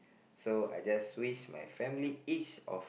so I just wish my family each of